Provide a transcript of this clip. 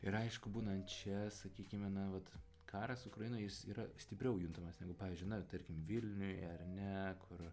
ir aišku būnant čia sakykime na vat karas ukrainoj jis yra stipriau juntamas negu pavyzdžiui na tarkim vilniuj ar ne kur